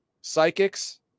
psychics